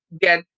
get